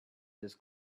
this